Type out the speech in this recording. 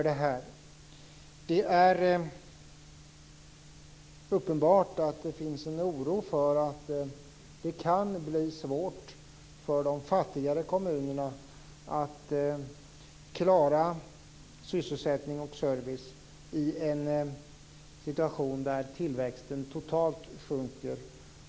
Det är uppenbart att det finns en oro för att det kan bli svårt för de fattigare kommunerna att klara sysselsättning och service i en situation då tillväxten totalt sjunker.